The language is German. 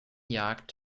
jagd